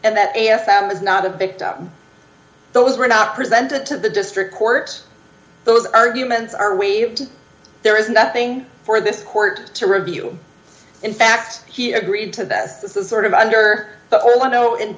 and that arafat is not a victim those were not presented to the district court those arguments are we there is nothing for this court to review in fact he agreed to that this is sort of under the law no and